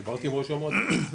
דיברתי עם ראש המועצה שלכם.